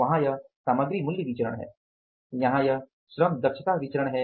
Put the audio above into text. वहाँ यह सामग्री मूल्य विचरण है यहाँ यह श्रम दक्षता विचरण है